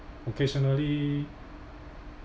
occasionally